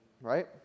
right